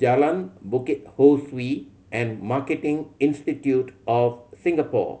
Jalan Bukit Ho Swee and Marketing Institute of Singapore